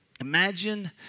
Imagine